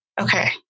okay